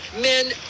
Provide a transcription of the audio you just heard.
Men